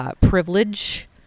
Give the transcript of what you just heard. privilege